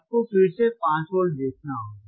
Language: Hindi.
आपको फिर से 5 वोल्ट देखना होगा